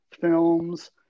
films